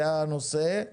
זה הנושא.